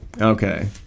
Okay